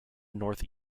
north